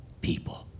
people